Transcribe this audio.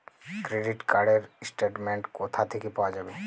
Credit card র statement কোথা থেকে পাওয়া যাবে?